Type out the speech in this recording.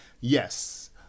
Yes